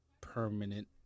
permanent